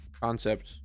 concept